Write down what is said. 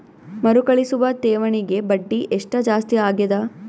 ಮರುಕಳಿಸುವ ಠೇವಣಿಗೆ ಬಡ್ಡಿ ಎಷ್ಟ ಜಾಸ್ತಿ ಆಗೆದ?